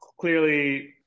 clearly